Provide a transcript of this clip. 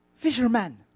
Fisherman